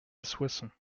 soissons